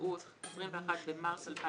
יקראו "י"ד באדר התשע"ט (21 במרס 2019)"